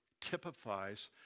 typifies